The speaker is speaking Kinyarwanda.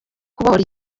kubohora